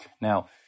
Now